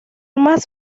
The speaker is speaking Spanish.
más